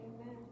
Amen